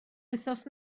wythnos